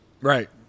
Right